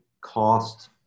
cost